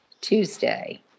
Tuesday